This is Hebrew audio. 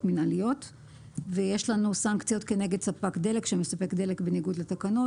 מינהליות ויש לנו סנקציות כנגד ספק דלק שמספק דלק בניגוד לתקנות.